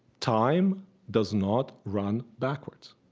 time does not run backwards.